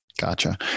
Gotcha